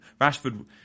Rashford